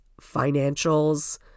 financials